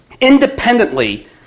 independently